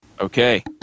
Okay